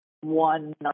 one